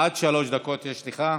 עד שלוש דקות יש לך.